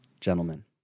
gentlemen